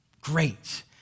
Great